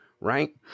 Right